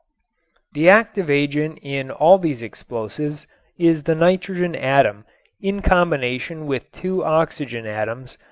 the active agent in all these explosives is the nitrogen atom in combination with two oxygen atoms,